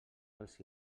dels